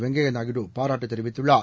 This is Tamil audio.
வெங்கய்யாநாயுடு பாராட்டுதெரிவித்துள்ளார்